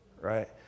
right